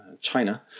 China